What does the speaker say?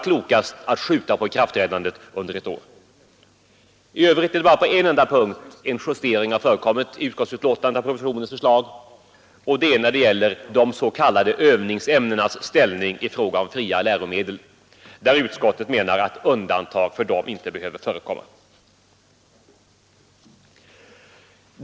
I övrigt är det bara på en enda punkt som betänkandet innebär en justering av propositionens förslag, nämligen när det gäller fria läromedel i de s.k. övningsämnena. Utskottet anser att undantag för dessa inte behöver ifrågakomma.